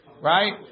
right